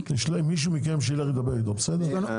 מישהו מכם שילך לדבר איתו בטלפון.